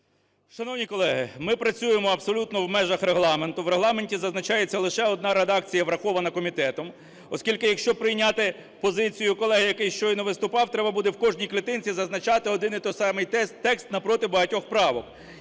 Шановні колеги, ми працюємо абсолютно в межах Регламенту. В Регламенті зазначається лише одна редакція врахована комітетом. Оскільки, якщо прийняти позицію колеги, який щойно виступав, треба буде в кожній клітинці зазначати один і той самий текст навпроти багатьох правок.